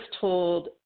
told